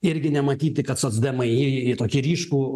irgi nematyti kad socdemai į tokį ryškų